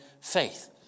faith